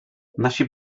nasi